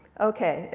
ok.